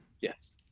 yes